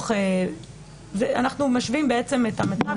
אנחנו משווים את המצב,